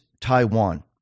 Taiwan